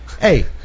hey